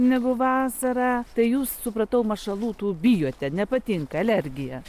negu vasarą tai jūs supratau mašalų tų bijote nepatinka alergija